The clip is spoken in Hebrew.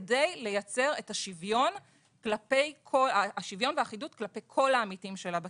כדי לייצר את השוויון והאחידות כלפי כל העמיתים שלה בקרן.